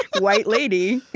white lady.